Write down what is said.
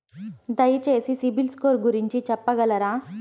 దయచేసి సిబిల్ స్కోర్ గురించి చెప్పగలరా?